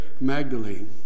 Magdalene